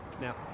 Now